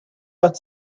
but